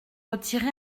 retiré